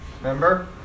Remember